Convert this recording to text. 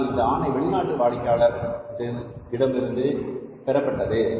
ஆனால் இந்த ஆணை வெளிநாட்டு வாடிக்கையாளரிடம் இருந்து பெற்றது